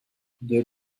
deux